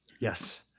Yes